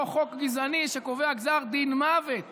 אותו חוק גזעני שקובע גזר דין מוות